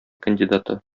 кандидаты